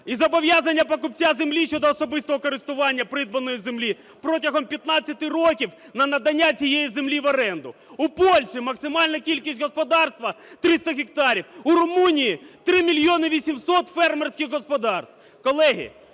і зобов'язання покупця землі щодо особистого користування придбаної землі протягом 15 років на надання цієї землі в оренду. У Польщі максимальна кількість господарства 300 гектарів. У Румунії – 3 мільйони 800 фермерських господарств.